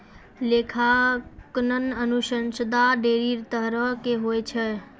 लेखांकन अनुसन्धान ढेरी तरहो के होय छै